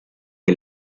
que